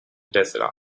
desert